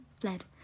fled